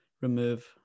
Remove